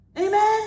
Amen